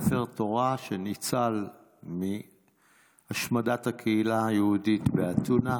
ספר תורה שניצל מהשמדת הקהילה היהודית באתונה,